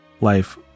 Life